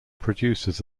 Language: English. producers